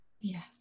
Yes